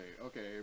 okay